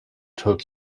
took